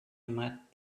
met